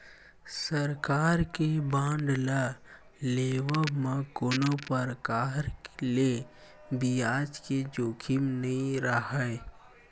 सरकार के बांड ल लेवब म कोनो परकार ले बियाज के जोखिम नइ राहय